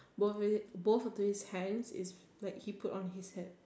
both of it both of his hands is like he put on his hips